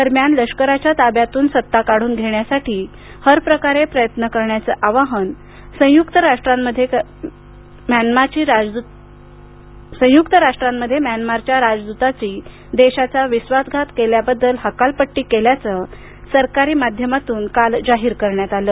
दरम्यान लष्कराच्या ताब्यातून सत्ता काढून घेण्यासाठी हर प्रकारे प्रयत्न करण्याचं आवाहन संयुक्त राष्ट्रांमध्ये करणाऱ्या म्यानमारच्या राजद्ताची देशाचा विश्वासघात केल्याबद्दल हकालपट्टी केल्याचं सरकारी माध्यमातून काल जाहीर करण्यात आलं